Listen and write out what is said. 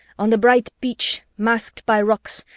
on the bright beach, masked by rocks,